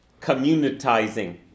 communitizing